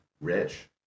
Rich